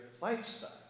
lifestyle